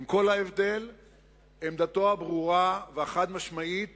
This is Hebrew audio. את עמדתו הברורה והחד-משמעית